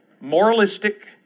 Moralistic